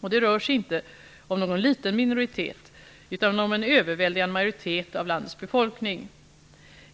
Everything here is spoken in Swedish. Och det rör sig inte om någon liten minoritet utan om en överväldigande majoritet av landets befolkning.